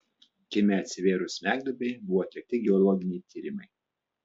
kieme atsivėrus smegduobei buvo atlikti geologiniai tyrimai